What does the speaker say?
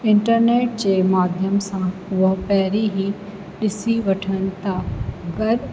internet जे माध्यम सां उहा पहिरीं ई ॾिसी वठनि था घर